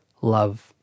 love